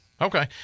Okay